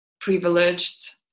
privileged